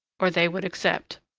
or they would accept.